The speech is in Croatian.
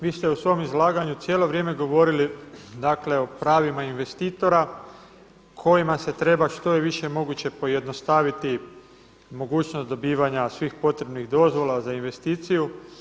Vi ste u svom izlaganju cijelo vrijeme govorili o pravima investitora kojima se treba što je više moguće pojednostaviti mogućnost dobivanja svih potrebnih dozvola za investiciju.